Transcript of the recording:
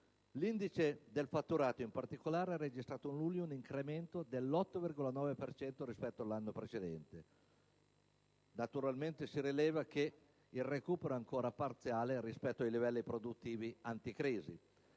L'indice del fatturato, in particolare, ha registrato a luglio un incremento dell'8,9 per cento rispetto all'anno precedente. Naturalmente si rileva che il recupero è ancora parziale rispetto ai livelli produttivi ante crisi.